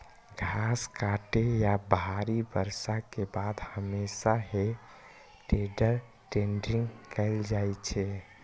घास काटै या भारी बर्षा के बाद हमेशा हे टेडर टेडिंग कैल जाइ छै